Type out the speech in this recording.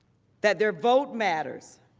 that their vote matters.